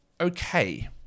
Okay